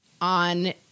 on